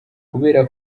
kubera